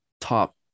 top